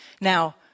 Now